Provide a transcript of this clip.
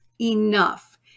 enough